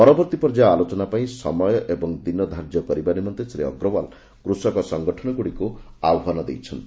ପରବର୍ତ୍ତୀ ପର୍ଯ୍ୟାୟ ଆଲୋଚନା ପାଇଁ ସମୟ ଓ ଦିନ ଧାର୍ଯ୍ୟ କରିବା ନିମନ୍ତେ ଶ୍ରୀ ଅଗ୍ରୱାଲ୍ କୃଷକ ସଙ୍ଗଠନଗୁଡ଼ିକୁ ଆହ୍ୱାନ କରିଥିଲେ